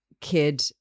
kid